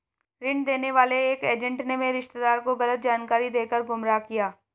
ऋण देने वाले एक एजेंट ने मेरे रिश्तेदार को गलत जानकारी देकर गुमराह किया